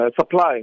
supply